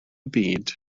byd